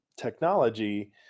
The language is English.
technology